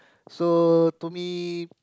so to me